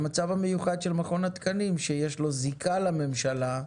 והמצב המיוחד של מכון התקנים שיש לו זיקה לממשלה,